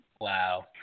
Wow